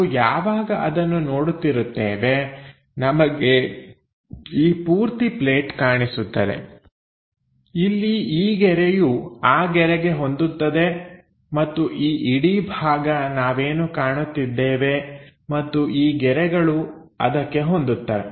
ನಾವು ಯಾವಾಗ ಅದನ್ನು ನೋಡುತ್ತಿರುತ್ತೇವೆ ನಮಗೆ ಈ ಪೂರ್ತಿ ಪ್ಲೇಟ್ ಕಾಣಿಸುತ್ತದೆ ಇಲ್ಲಿ ಈ ಗೆರೆಯು ಆ ಗೆರೆಗೆ ಹೊಂದುತ್ತದೆ ಮತ್ತು ಈ ಇಡೀ ಭಾಗ ನಾವೇನು ಕಾಣುತ್ತಿದ್ದೇವೆ ಮತ್ತು ಈ ಗೆರೆಗಳು ಅದಕ್ಕೆ ಹೊಂದುತ್ತವೆ